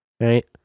Right